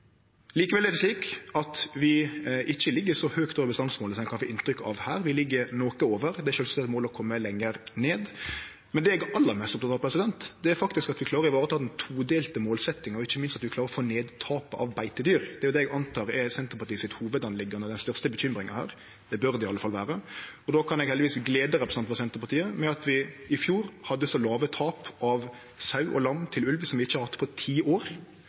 Likevel er det slik at vi ikkje ligg så høgt over bestandsmålet som ein kan få inntrykk av her. Vi ligg noko over – det er sjølvsagt eit mål å kome lenger ned. Men det eg er aller mest oppteken av, er faktisk at vi klarer å vareta den todelte målsetjinga, og ikkje minst at vi klarer å få ned tapet av beitedyr. Det er det eg antek er Senterpartiet si hovudsak og den største bekymringa her – det bør det iallfall vere. Då kan eg heldigvis glede representanten frå Senterpartiet med at vi i fjor hadde så låge tap av sau og lam til ulv som vi ikkje har hatt på ti år.